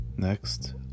next